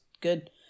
good